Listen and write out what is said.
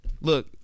Look